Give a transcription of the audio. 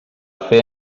fer